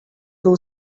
two